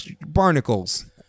barnacles